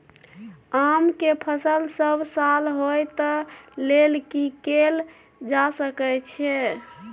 आम के फसल सब साल होय तै लेल की कैल जा सकै छै?